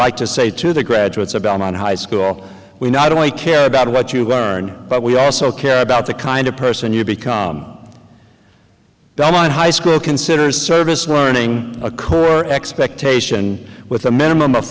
like to say to the graduates about high school we not only care about what you learn but we also care about the kind of person you become don high school considers service warning a core expectation with a minimum of